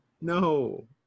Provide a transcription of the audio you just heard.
no